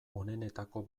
onenetako